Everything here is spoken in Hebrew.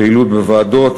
פעילות בוועדות,